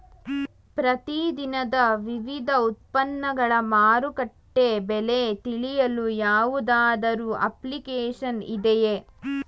ಪ್ರತಿ ದಿನದ ವಿವಿಧ ಉತ್ಪನ್ನಗಳ ಮಾರುಕಟ್ಟೆ ಬೆಲೆ ತಿಳಿಯಲು ಯಾವುದಾದರು ಅಪ್ಲಿಕೇಶನ್ ಇದೆಯೇ?